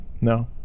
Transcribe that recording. No